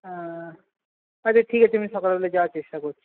অ্যাঁঃ আচ্ছা ঠিক আছে আমি সকালবেলায় যাওয়ার চেষ্টা করছি